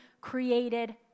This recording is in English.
created